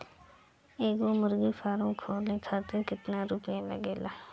एगो मुर्गी फाम खोले खातिर केतना रुपया लागेला?